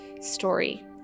story